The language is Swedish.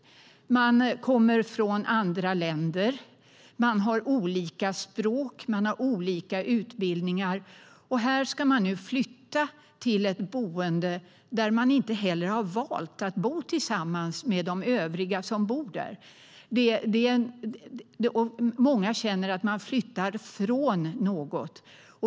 De kommer från andra länder. De har olika språk. De har olika utbildning. Här ska man nu flytta till ett boende där man inte heller har valt att bo tillsammans med de övriga som bor där. Många känner att man flyttar från något.